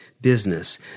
business